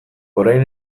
orain